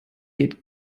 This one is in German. geht